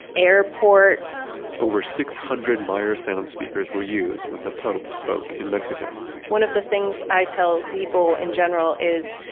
airports over six hundred meyer sound speakers were used when the pope spoke in mexico one of the things i tell people in general is,